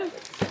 כן.